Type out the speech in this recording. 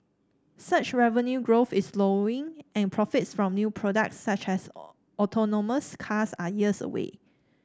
search revenue growth is slowing and profits from new products such as autonomous cars are years away